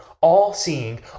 all-seeing